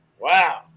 wow